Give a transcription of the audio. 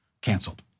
canceled